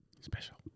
Special